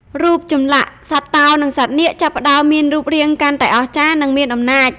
រូបចម្លាក់សត្វតោ និងសត្វនាគ ចាប់ផ្តើមមានរូបរាងកាន់តែអស្ចារ្យ និងមានអំណាច។